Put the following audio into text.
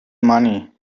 money